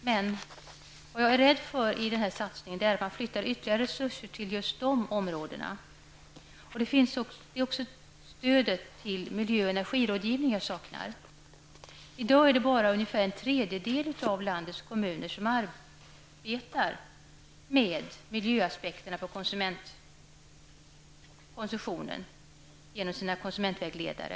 Vad jag är rädd för i detta sammanhang är att man flyttar över ytterligare resurser till just dessa områden. Jag saknar stödet till miljö och energirådgivning. I dag arbetar bara en tredjedel av landets kommuner med miljöaspekterna på konsumtionen genom sina konsumentvägledare.